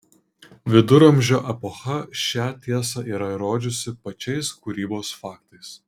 viduramžio epocha šią tiesą yra įrodžiusi pačiais kūrybos faktais